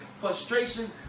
frustration